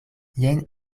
jen